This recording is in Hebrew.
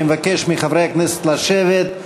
אני מבקש מחברי הכנסת לשבת.